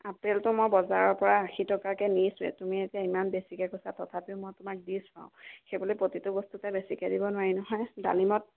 আপেলটো মই বজাৰৰপৰা আশী টকাকৈ নিছোঁৱে তুমি এতিয়া ইমান বেছিকৈ কৈছা তথাপিও মই তোমাক দিছোঁ আৰু সেই বুলি প্ৰতিটো বস্তুতে বেছিকৈ দিব নোৱাৰি নহয় ডালিমত